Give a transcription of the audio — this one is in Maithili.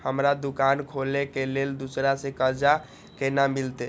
हमरा दुकान खोले के लेल दूसरा से कर्जा केना मिलते?